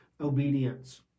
obedience